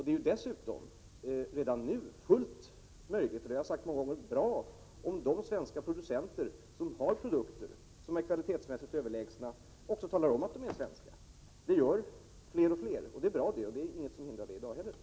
Det är dessutom redan nu fullt möjligt och mycket bra— det har jag sagt många gånger — att svenska producenter som har produkter som kvalitetsmässigt är överlägsna också talar om att dessa produkter är svenska. Det gör allt fler. Det är bra, och det finns ingenting som hindrar dem från att göra det i dag också.